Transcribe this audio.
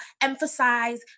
emphasize